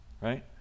right